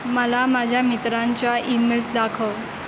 मला माझ्या मित्रांच्या ईमेल्स दाखव